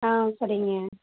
ஆ சரிங்க